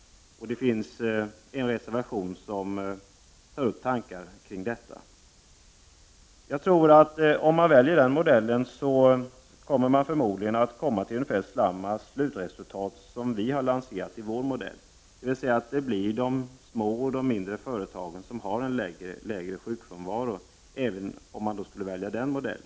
Det finns en reservation som tar upp tankar kring detta. Om man väljer den modellen kommer man förmodligen att komma till ungefär samma slutresultat som det vi har lanserat i vår modell, dvs. det är de små och mindre företagen som har en lägre sjukfrånvaro, detta även om man skulle välja denna modell.